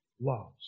loves